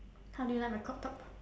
how do you like my crop top